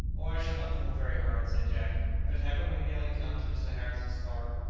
o, i shall not pull very hard, said jack but haven't we nearly come to mr. harris's farm?